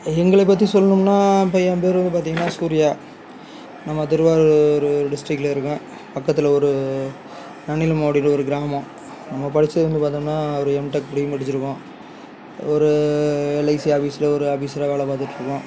எங்களை பற்றி சொல்லணுன்னா இப்போ என் பேர் வந்து பார்த்தீங்கன்னா சூரியா நம்ம திருவாரூர் டிஸ்ட்ரிக்ட்டில் இருக்கேன் பக்கத்தில் ஒரு நன்னிலம் அப்படின்ற ஒரு கிராமம் நம்ம படிச்சது வந்து பார்த்தம்னா ஒரு எம்டெக் டிகிரி படிச்சிருக்கோம் ஒரு எல்ஐசி ஆஃபீஸில் ஒரு ஆஃபிஸராக ஒரு வேலை பார்த்துட்ருக்கோம்